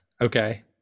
Okay